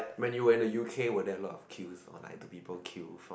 when you were in the U_K were there a lot of queue or like do people queue for